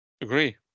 agree